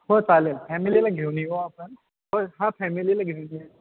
हो चालेल फॅमिलाला घेऊन येऊ आपण होय हा फॅमिलीला घेऊन येऊ